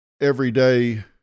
everyday